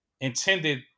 intended